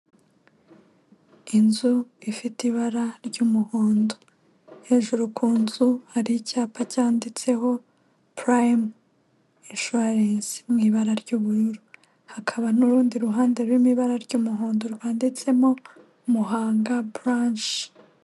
Inzu ifite ibara ry'umuhondo, hejuru ku nzu hari icyapa cyanditseho Purayimu Incuwarensi mu ibara ry'ubururu. Hakaba n'urundi ruhande ruri mu ibara ry'umuhondo rwanditsemo Muhanga buranci.